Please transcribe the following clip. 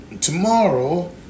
Tomorrow